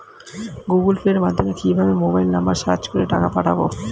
Google Pay মাধ্যমে কিভাবে mobile number search করে টাকা পাঠাবো?